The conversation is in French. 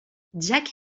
jack